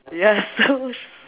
ya so